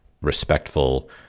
respectful